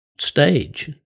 Stage